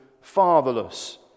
fatherless